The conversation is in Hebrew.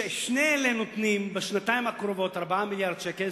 ושני אלה נותנים בשנתיים הקרובות 4 מיליארדי שקל.